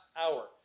hour